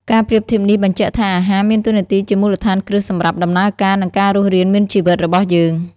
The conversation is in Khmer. ការប្រៀបធៀបនេះបញ្ជាក់ថា អាហារមានតួនាទីជាមូលដ្ឋានគ្រឹះសម្រាប់ដំណើរការ និងការរស់រានមានជីវិតរបស់យើង។